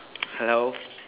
hello